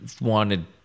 wanted